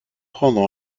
prendre